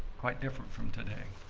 quite different from today.